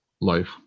life